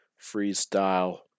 Freestyle